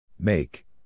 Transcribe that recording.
Make